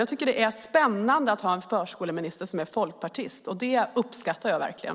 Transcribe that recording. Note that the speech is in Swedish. Jag tycker att det är spännande att ha en förskoleminister som är folkpartist. Det uppskattar jag verkligen.